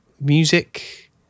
music